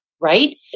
right